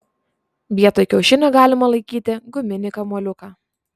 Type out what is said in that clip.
vietoj kiaušinio galima laikyti guminį kamuoliuką